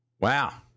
Wow